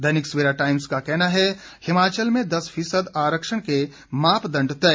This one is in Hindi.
दैनिक सवेरा टाइम्स का कहना है हिमाचल में दस फीसद आरक्षण के मापदंड तय